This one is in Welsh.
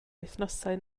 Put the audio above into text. wythnosau